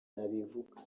abivuga